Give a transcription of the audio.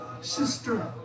sister